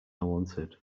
wanted